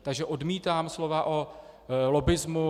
Takže odmítám slova o lobbismu.